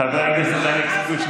נוכח ומוותר.